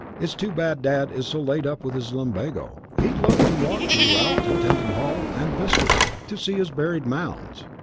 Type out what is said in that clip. it's too bad dad is so laid up with his lumbago. he'd love to walk you out to tettenhall and boscobel, to see his burial mounds.